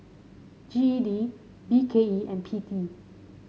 G E D B K E and P T